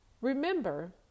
Remember